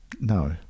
No